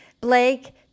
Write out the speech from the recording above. Blake